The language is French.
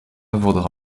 vaudra